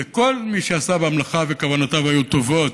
וכל מי שעשה במלאכה וכוונותיו היו טובות,